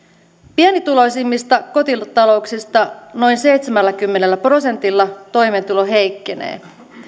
pienituloisimmista kotitalouksista noin seitsemälläkymmenellä prosentilla toimeentulo heikkenee